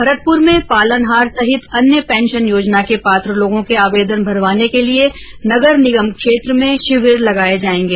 भरतपुर में पालनहार सहित अन्य पेंशन योजना के पात्र लोगों के आवेदन भरवाने के लिए नगर निगम क्षेत्र में शिविर लगाये जायेंगे